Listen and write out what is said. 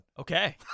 Okay